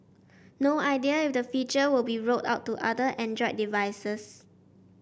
no idea if the feature will be rolled out to other Android devices